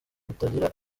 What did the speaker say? butagira